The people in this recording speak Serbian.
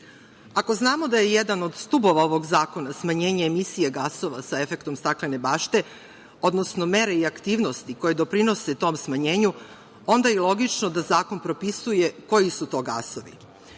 znamo da je jedan od stubova ovog zakona smanjenje emisije gasova sa efektom staklene bašte, odnosno mere i aktivnosti koje doprinose tom smanjenju, onda je logično da zakon propisuje koji su to gasovi.U